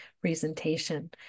presentation